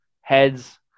heads